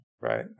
right